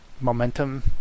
momentum